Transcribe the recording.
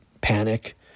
panic